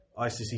ICC